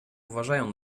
uważają